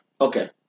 Okay